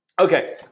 okay